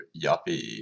yuppie